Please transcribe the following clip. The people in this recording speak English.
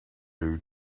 due